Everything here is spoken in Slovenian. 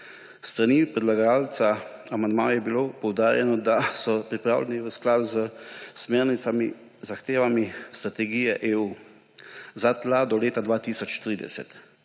strani predlagatelja amandmajev je bilo poudarjeno, da so pripravljeni v skladu s smernicami in zahtevami Strategije EU za tla do leta 2030